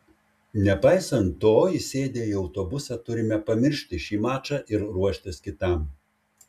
nepaisant to įsėdę į autobusą turime pamiršti šį mačą ir ruoštis kitam